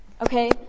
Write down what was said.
okay